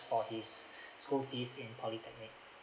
for his school fees in polytechnic